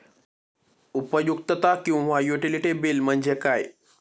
उपयुक्तता किंवा utility bill म्हणजे काय?